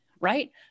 right